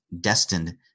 destined